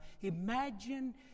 Imagine